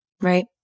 right